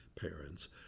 parents